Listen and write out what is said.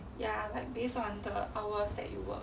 ya like based on the hours that you work